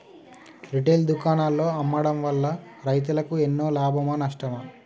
Retail దుకాణాల్లో అమ్మడం వల్ల రైతులకు ఎన్నో లాభమా నష్టమా?